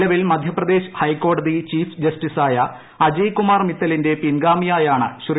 നിലവിൽ മധ്യപ്രദേശ് ഹൈക്കോടതി ചീഫ് ജസ്റ്റിസായ അജയ്കുമാർ മിത്തലിന്റെ പിൻഗാമിയായാണ് ശ്രീ